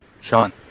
Sean